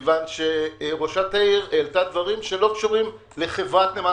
כי ראשת העיר העלתה דברים שלא קשורים לחברת נמל